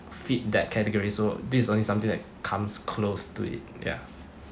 fit that category so this only something that comes close to it ya